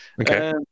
okay